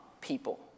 people